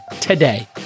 today